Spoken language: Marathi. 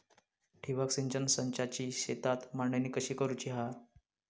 ठिबक सिंचन संचाची शेतात मांडणी कशी करुची हा?